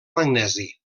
magnesi